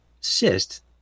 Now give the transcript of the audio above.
cyst